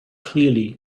clearly